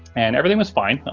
and everything was fine.